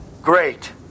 Great